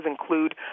include